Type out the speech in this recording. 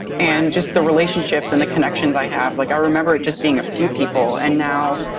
and just the relationships and the connections i have. like i remember it just being a few people and now,